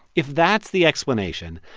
if that's the explanation,